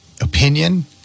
opinion